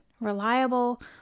reliable